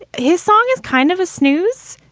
his song is kind of a snooze.